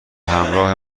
همراه